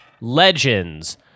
Legends